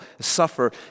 suffer